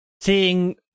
seeing